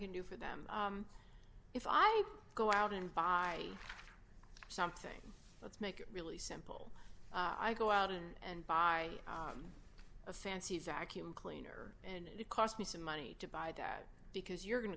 can do for them if i go out and buy something let's make it really simple i go out and buy a fancy vacuum cleaner and it cost me some money to buy dad because you're going